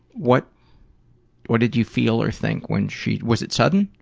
what what did you feel or think when she, was it sudden?